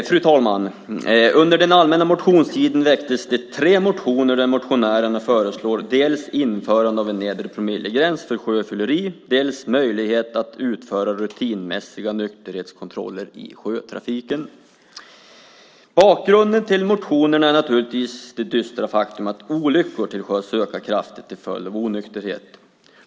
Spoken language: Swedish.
Fru talman! Under den allmänna motionstiden väcktes tre motioner där motionärerna föreslår dels ett införande av en nedre promillegräns för sjöfylleri, dels att det ges möjlighet till rutinmässiga nykterhetskontroller i sjötrafiken. Bakgrunden till motionerna är naturligtvis det dystra faktum att antalet olyckor till sjöss kraftigt ökar till följd av onykterhet.